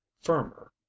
firmer